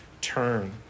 turn